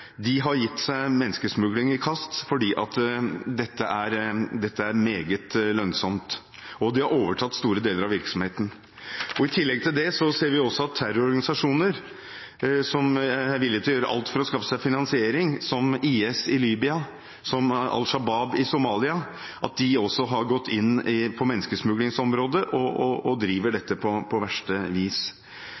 har gitt seg i kast med menneskesmugling fordi dette er meget lønnsomt. De har overtatt store deler av virksomheten. I tillegg ser vi at terrororganisasjoner som er villige til å gjøre alt for å skaffe seg finansiering, som IS i Libya og Al-Shabab i Somalia, har gått inn på menneskesmuglingsområdet og driver dette på verste vis.